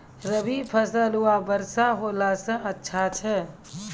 रवी फसल म वर्षा होला से अच्छा छै?